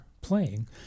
playing